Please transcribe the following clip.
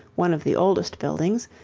one of the oldest buildings,